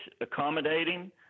accommodating